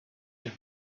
you